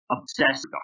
obsessed